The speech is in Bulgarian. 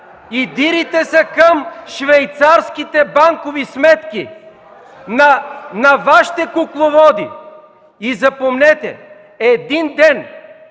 И дирите са към швейцарските банкови сметки на Вашите кукловоди. И запомнете, един ден